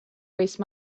waste